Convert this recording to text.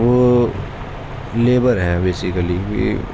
وہ لیبر ہیں بیسیکلی